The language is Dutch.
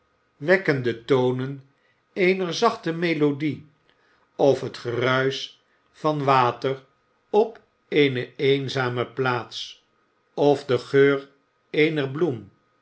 de tonen eener zachte melodie of het geruisch van water op eene eenzame plaats of de geur eener bloem